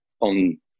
on